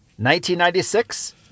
1996